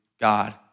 God